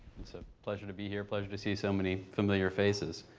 it's a pleasure to be here, pleasure to see so many familiar faces.